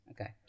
Okay